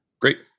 Great